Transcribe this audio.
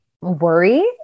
worry